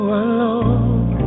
alone